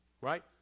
Right